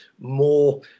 more